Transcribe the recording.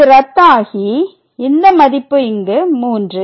இது ரத்து ஆகி இந்த மதிப்பு இங்கு 3